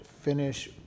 finish